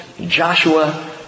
Joshua